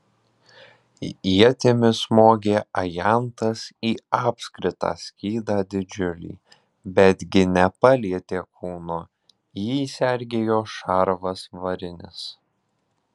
ietimi smogė ajantas į apskritą skydą didžiulį betgi nepalietė kūno jį sergėjo šarvas varinis